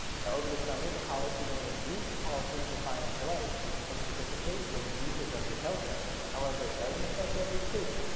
and over the summer the college began a new policy for financial aid specifically when you pick up your paychecks. however it doesn't affect every student.